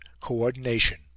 coordination